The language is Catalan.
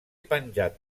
penjat